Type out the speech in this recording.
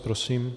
Prosím.